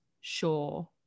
sure